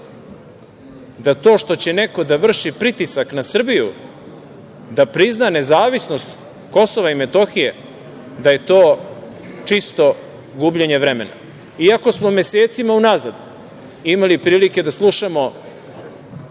da to što će neko da vrši pritisak na Srbiju da prizna nezavisnost Kosova i Metohije, da je to čisto gubljenje vremena? Iako smo mesecima unazad imali prilike da slušamo